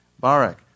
Barak